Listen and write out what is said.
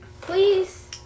Please